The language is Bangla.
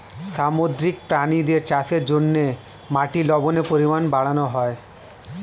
সামুদ্রিক প্রাণীদের চাষের জন্যে মাটির লবণের পরিমাণ বাড়ানো হয়